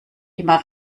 immer